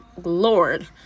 lord